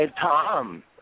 Tom